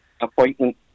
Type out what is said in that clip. appointment